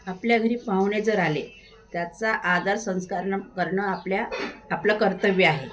आपल्या घरी पाहुणे जर आले त्याचा आदर संस्कारणं करणं आपल्या आपलं कर्तव्य आहे